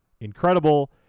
incredible